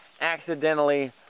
accidentally